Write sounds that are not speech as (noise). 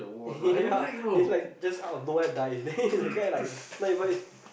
yeah (laughs) if like just out of the where die already (laughs) then the guy like not even in